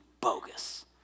bogus